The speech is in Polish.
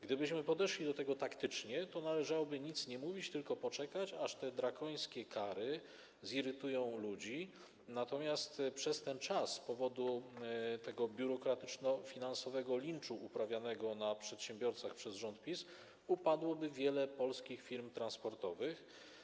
Gdybyśmy podeszli do tego taktycznie, to należałoby nic nie mówić, tylko poczekać, aż te drakońskie kary zirytują ludzi, natomiast przez ten czas z powodu tego biurokratyczno-finansowego linczu dokonywanego na przedsiębiorcach przez rząd PiS upadłoby wiele polskich firm transportowych.